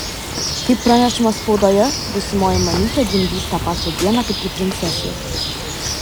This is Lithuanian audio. kaip pranešama spaudoje būsimoji mamytė gimdys tą pačią dieną kaip ir princesė